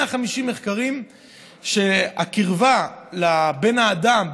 150 מחקרים שמראים שהקרבה בין האדם,